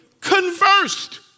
conversed